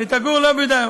שתגור לא ביהודה,